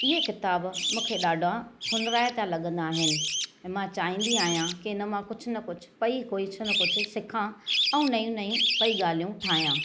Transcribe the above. इहो किताब मूंखे ॾाढा हुनराइता लॻंदा आहिनि ऐं मां चाहींदी आहियां कि हिन मां कुझु न कुझु पई कुझु न कुझु सिखां ऐं नयूं नयूं पई ॻाल्हियूं ठाहियां